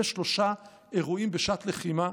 אלה שלושה אירועים בשעת לחימה.